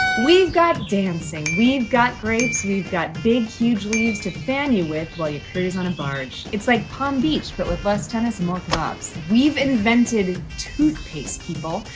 we've got dancing, we've got grapes, we've got big huge leaves to fan you with while you cruise on a barge. it's like palm beach but with less tennis and more kebabs. we've invented toothpaste, people.